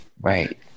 Right